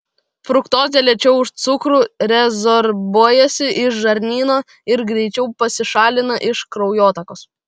fruktozė lėčiau už cukrų rezorbuojasi iš žarnyno ir greičiau pasišalina iš kraujotakos